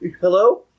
Hello